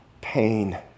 pain